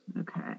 Okay